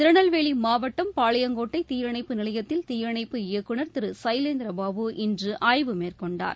திருநெல்வேலி மாவட்டம் பாளையங்கோட்டை தீயணைப்பு நிலையத்தில் தீயணைப்பு இயக்குநர் திரு சைலேந்திர பாபு இன்று ஆய்வு மேற்கொண்டார்